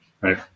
right